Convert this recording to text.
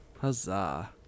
huzzah